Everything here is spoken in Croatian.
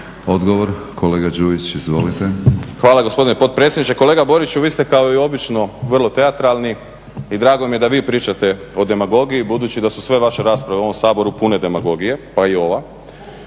Odgovor kolega Đujić, izvolite. **Đujić, Saša (SDP)** Hvala gospodine potpredsjedniče. Kolega Boriću vi ste kao i obično vrlo teatralni i drago mi je da vi pričate o demagogiji budući da su sve vaše rasprave u ovom Saboru pune demagogije pa i ova.